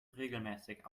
regelmäßig